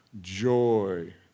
joy